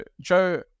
Joe